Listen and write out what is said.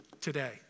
today